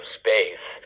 space